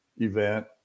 event